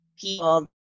people